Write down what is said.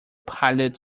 pilot